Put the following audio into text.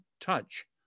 touch